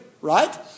right